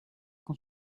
con